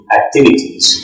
activities